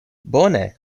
bone